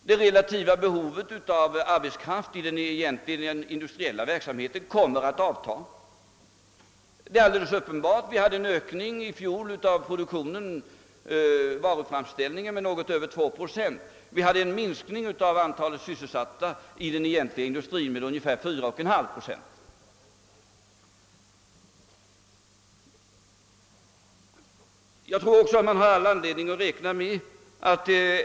Det relativa behovet av arbetskraft i den industriella verksamheten kommer att avta — det är alldeles uppenbart. I fjol ökade produktionen, varuframställningen, med något över 2 procent, medan samtidigt antalet sysselsatta i den egentliga industrin minskade med ungefär 4,5 procent.